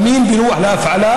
אמין ונוח להפעלה,